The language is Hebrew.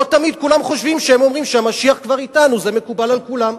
לא תמיד כולם חושבים כשהם אומרים שהמשיח כבר אתנו שזה מקובל על כולם,